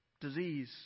disease